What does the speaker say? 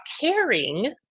caring